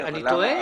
שגית, אני טועה?